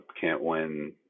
can't-win